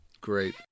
Great